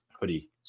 hoodie